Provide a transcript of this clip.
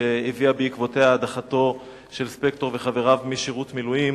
שהביאה בעקבותיה את הדחתו של ספקטור וחבריו משירות מילואים